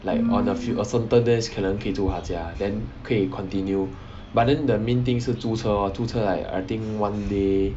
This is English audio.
like on a few on certain days 可能可以住他家 ya then 可以 continue but then the main thing 是租车租车 like I think one day